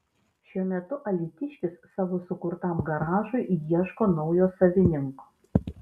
šiuo metu alytiškis savo sukurtam garažui ieško naujo savininko